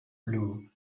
blue